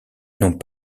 n’ont